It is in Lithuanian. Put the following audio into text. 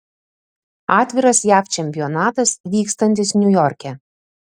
atviras jav čempionatas vykstantis niujorke